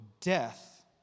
death